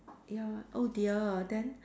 ya oh dear then